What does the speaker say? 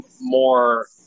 more